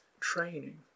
training